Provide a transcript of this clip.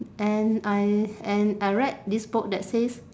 and I and I read this book that says